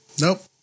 Nope